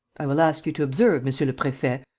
i will ask you to observe, monsieur le prefet,